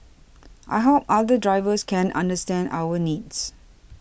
I hope other drivers can understand our needs